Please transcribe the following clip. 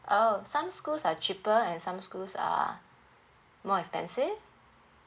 oh some schools are cheaper and some schools are more expensive